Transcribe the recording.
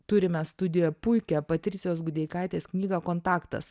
turime studijoje puikią patricijos gudeikaitės knygą kontaktas